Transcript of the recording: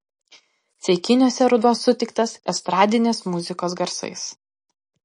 ceikiniuose ruduo sutiktas estradinės muzikos garsais